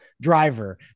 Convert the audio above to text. driver